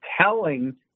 telling